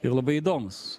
ir labai įdomūs